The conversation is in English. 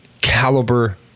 caliber